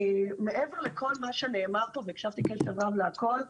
מעבר לכל מה שנאמר פה והקשבתי קשב רב להכל,